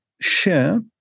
share